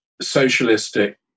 socialistic